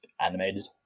animated